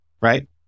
Right